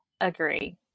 Agree